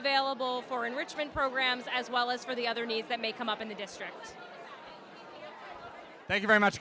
available for enrichment programs as well as for the other needs that may come up in the district thank you very much